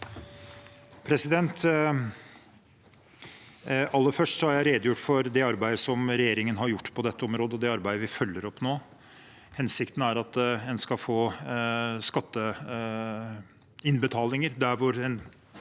Aller først: Jeg har redegjort for arbeidet regjeringen har gjort på dette området, og det arbeidet vi følger opp nå. Hensikten er at en skal få skatteinnbetalinger der en